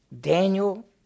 Daniel